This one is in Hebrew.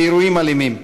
לאירועים אלימים.